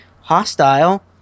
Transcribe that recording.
hostile